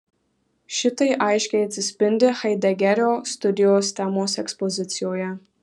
šitai aiškiai atsispindi haidegerio studijos temos ekspozicijoje